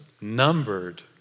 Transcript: numbered